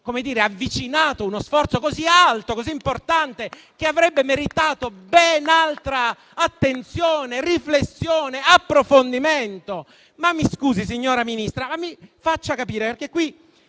avvicinato uno sforzo così alto e importante che avrebbe meritato ben altra attenzione, riflessione, approfondimento. Mi scusi, signora Ministra, mi faccia capire. Qui